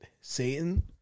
Satan